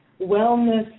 wellness